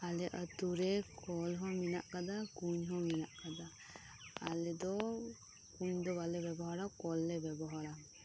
ᱟᱞᱮ ᱟᱛᱳᱨᱮ ᱠᱚᱞ ᱦᱚᱸ ᱢᱮᱱᱟᱜ ᱟᱠᱟᱫᱟ ᱠᱩᱧ ᱦᱚᱸ ᱢᱮᱱᱟᱜ ᱟᱠᱟᱫᱟ ᱟᱞᱮ ᱫᱚ ᱠᱩᱧ ᱫᱚ ᱵᱟᱝᱞᱮ ᱵᱮᱵᱚᱦᱟᱨᱟ ᱠᱚᱞ ᱞᱮ ᱵᱮᱵᱚᱦᱟᱨᱟ